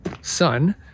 sun